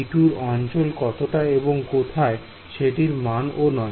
T2 র অঞ্চল কতটা এবং কোথায় সেটির মান 0 নয়